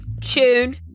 Tune